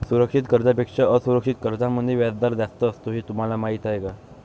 सुरक्षित कर्जांपेक्षा असुरक्षित कर्जांमध्ये व्याजदर जास्त असतो हे तुम्हाला माहीत आहे का?